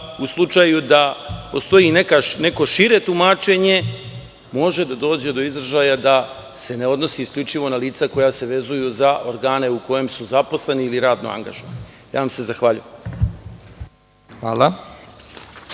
u slučaju da postoji neko šire tumačenje, da može doći do izražaja da se ne odnosi isključivo na lica koja se vezuju za organe u kojem su zaposleni ili radno angažovani. Zahvaljujem vam